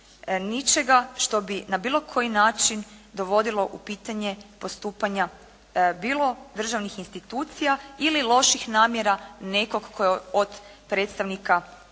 ničega što bi na bilo koji način dovodilo u pitanje postupanja bilo državnih institucija ili loših namjera nekog od predstavnika ili